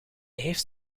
heeft